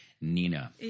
Nina